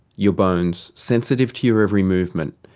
your bones, sensitive to your every movement,